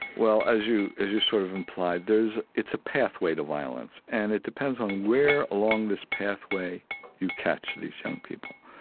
well, as you as you sort of implied, there's it's a pathway to violence, and it depends on where along this pathway you catch these young people.